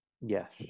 Yes